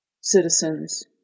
citizens